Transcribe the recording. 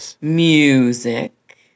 music